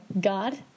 God